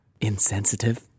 Insensitive